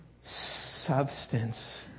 substance